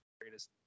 greatest